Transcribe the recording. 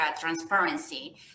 Transparency